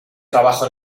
trabajo